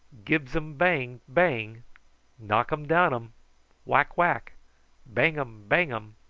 gibs um bang, bang knockum downum whack, whack bangum, bangum!